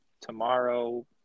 tomorrow